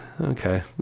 okay